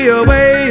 away